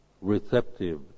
receptive